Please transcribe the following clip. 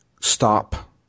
stop